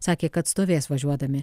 sakė kad stovės važiuodami